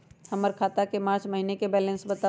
हमर खाता के मार्च महीने के बैलेंस के बताऊ?